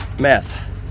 meth